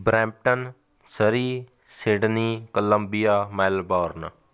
Brampton Surrey Sydney Columbia Melbourne